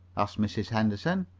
asked mrs. henderson.